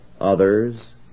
Others